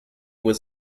was